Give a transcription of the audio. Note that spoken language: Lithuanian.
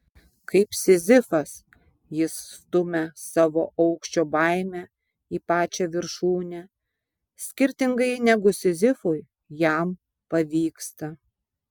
kaip sizifas jis stumia savo aukščio baimę į pačią viršūnę skirtingai negu sizifui jam pavyksta